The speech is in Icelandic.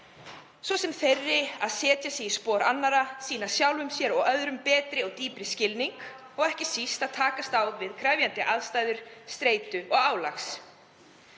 svo sem með því að setja sig í spor annarra, sýna sjálfum sér og öðrum betri og dýpri skilning og ekki síst að takast á við krefjandi aðstæður undir álagi